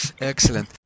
excellent